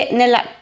nella